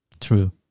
True